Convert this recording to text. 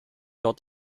dort